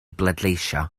bleidleisio